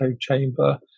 chamber